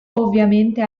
ovviamente